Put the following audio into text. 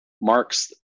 marks